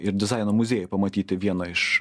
ir dizaino muziejuj pamatyti vieną iš